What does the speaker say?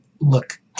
look